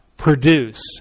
Produce